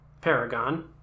paragon